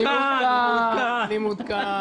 אני מעודכן.